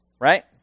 Right